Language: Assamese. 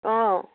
অঁ